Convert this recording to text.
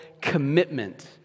commitment